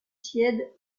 tiède